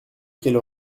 qu’elle